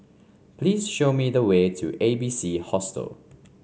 please show me the way to A B C Hostel